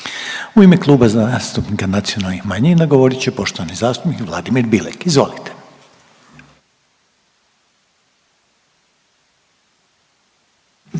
U ime Kluba zastupnika nacionalnih manjina govorit će poštovani zastupnik Vladimir Bilek, izvolite.